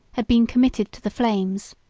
had been committed to the flames.